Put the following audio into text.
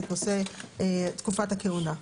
נושא תקופת הכהונה.